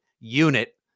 unit